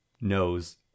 knows